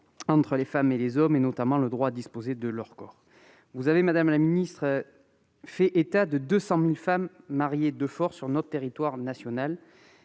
entre les femmes et les hommes, notamment le droit à disposer de son corps. Vous avez fait état, madame la ministre, de 200 000 femmes mariées de force sur le territoire national